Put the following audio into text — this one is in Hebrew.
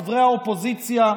חברי האופוזיציה,